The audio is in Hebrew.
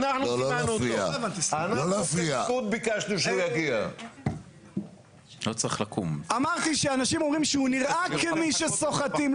לא, לא, אתה צריך להגיד מי סוחט אותו.